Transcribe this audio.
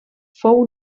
fou